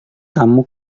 kamu